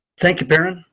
thank you parend.